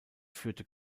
führte